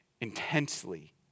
intensely